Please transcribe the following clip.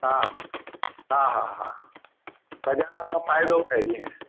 हा हा हा हा बाज़ारि खां फ़ाइदो पए जीअं